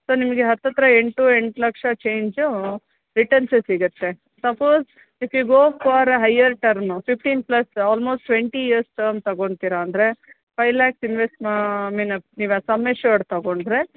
so ನಿಮಗೆ ಹತ್ರತ್ರ ಎಂಟು ಎಂಟು ಲಕ್ಷ ಚೇಂಜು ರಿಟರ್ನ್ಸೇ ಸಿಗತ್ತೆ suppose if you go for higher term fifteen plus almost twenty years term ತೊಗೊತೀರಾ ಅಂದರೆ ಫೈವ್ ಲ್ಯಾಕ್ ಇನ್ವೆಸ್ಟ್ ಮಾ ಐ ಮೀನ್ ನೀವಾ ಸಮ್ ಅಶ್ಯೂರ್ಡ್ ತೊಗೊಂಡ್ರೆ